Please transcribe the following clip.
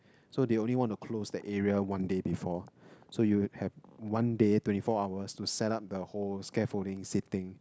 so they only want to close that area one day before so you have one day twenty four hours to set up the whole scaffolding sitting